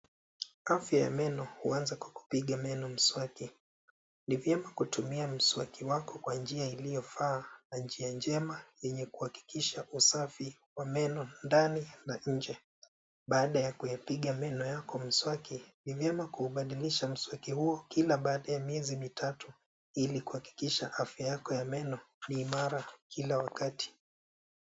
Afya ya meno huanza kwa kupiga meno mswaki. Ni vyema kutumia mswaki wako kwa njia iliyofaa na njia njema yenye kuhakikisha usafi wa meno ndani na nje. Baada ya kuyapiga meno yako mswaki, ni vyema kuubadilisha mswaki huo kila baada ya miezi mitatu ili kuhakikisha afya yako ya meno ni imara kila wakati.